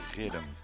rhythm